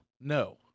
No